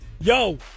yo